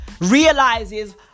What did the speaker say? realizes